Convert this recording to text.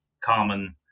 common